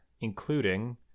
including